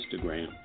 Instagram